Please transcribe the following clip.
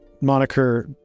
moniker